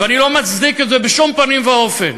ואני לא מצדיק את זה בשום פנים ואופן.